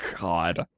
God